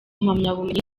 mpamyabumenyi